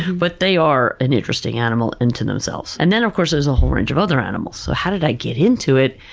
but they are an interesting animal into themselves. and the of course there's a whole range of other animals. so, how did i get into it?